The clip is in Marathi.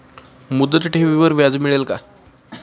मुदत ठेवीवर व्याज मिळेल का?